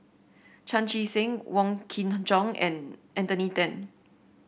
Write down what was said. Chan Chee Seng Wong Kin Jong and Anthony Then